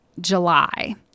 July